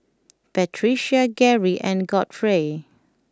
Patricia Geri and Godfrey